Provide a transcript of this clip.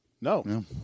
No